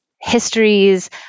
histories